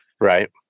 Right